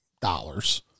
dollars